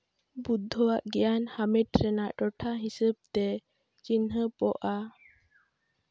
ᱵᱩᱫᱫᱷᱚ ᱟᱜ ᱜᱮᱭᱟᱱ ᱦᱟᱢᱮᱴ ᱨᱮᱱᱟᱜ ᱴᱚᱴᱷᱟ ᱦᱤᱥᱟᱹᱵ ᱛᱮ ᱪᱤᱱᱦᱟᱹᱯᱚᱜᱼᱟ